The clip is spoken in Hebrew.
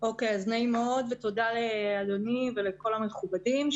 תודה לאדוני ולכל המכובדים.